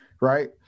right